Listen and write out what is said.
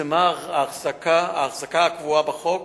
צומצמה החזקה הקבועה בחוק